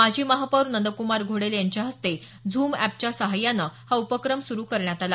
माजी महापौर नंद्कुमार घोडेले यांच्या हस्ते झूम एपच्या साहाय्यानं हा उपक्रम सुरू करण्यात आला